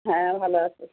হ্যাঁ ভালো আছে